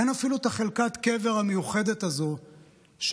אין אפילו את חלקת הקבר המיוחדת הזו שבה